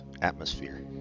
Atmosphere